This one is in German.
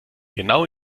genau